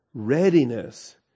Readiness